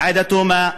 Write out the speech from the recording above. עאידה תומא,